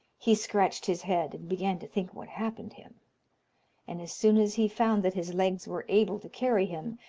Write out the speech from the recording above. he scratched his head, and began to think what happened him and as soon as he found that his legs were able to carry him,